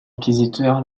inquisiteur